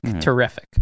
terrific